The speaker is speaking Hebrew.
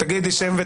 ריבית, הצמדה, כל